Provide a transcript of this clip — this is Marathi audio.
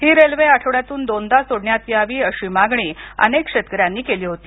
ही रेल्वे आठवड्यातून दोनदा सोडण्यात यावी अशी मागणी अनेक शेतकऱ्यांनी केली होती